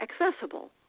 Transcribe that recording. accessible